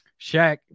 Shaq